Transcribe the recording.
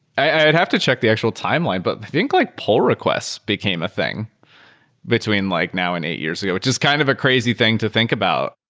i'd have to check the actual timeline. but i think like pull requests became a thing between like now and eight years ago, which is kind of a crazy thing to think about.